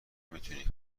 میتونی